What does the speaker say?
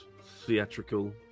theatrical